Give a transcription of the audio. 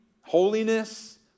holiness